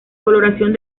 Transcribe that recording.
coloración